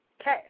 Okay